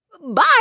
Bye